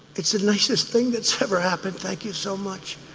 that's the nicest thing that's ever happened. thank you so much.